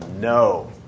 No